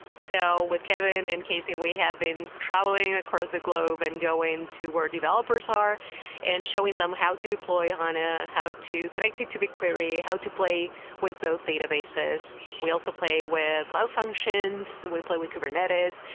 so with kevin and casey, we have been traveling across the globe and going to where developers are and showing them how to deploy hana, how to connect it to bigquery, how to play with both databases. we also play with cloud functions, that we play with kubernetes.